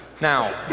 Now